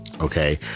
Okay